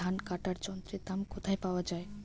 ধান কাটার যন্ত্রের দাম কোথায় পাওয়া যায়?